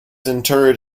interred